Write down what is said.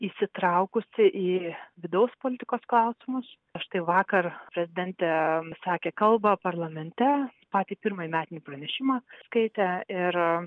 įsitraukusi į vidaus politikos klausimus štai vakar prezidentė sakė kalbą parlamente patį pirmąjį metinį pranešimą skaitė ir